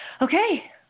Okay